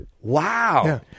Wow